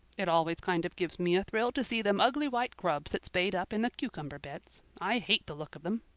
it always kind of gives me a thrill to see them ugly white grubs that spade up in the cucumber beds. i hate the look of them.